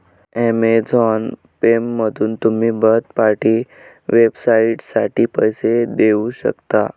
Amazon पेमधून तुम्ही third party वेबसाइटसाठी पैसे देऊ शकता